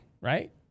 right